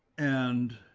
and,